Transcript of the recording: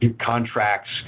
contracts